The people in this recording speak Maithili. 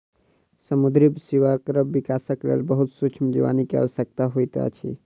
समुद्री सीवरक विकासक लेल बहुत सुक्ष्म जीवाणु के आवश्यकता होइत अछि